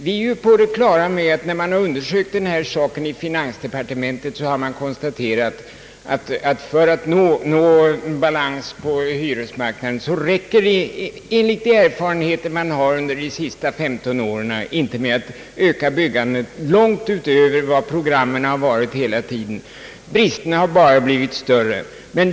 Vi är på det klara med att när man undersökt den här saken i finansdepartementet har man konstaterat, att för att få balans på hyresmarknaden räcker det enligt de erfarenheter man har fått under de senaste 15 åren inte med att öka byggandet ens långt utöver vad programmet har varit hela tiden. Bristen på bostäder har bara blivit större.